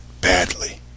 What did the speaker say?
badly